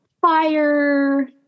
fire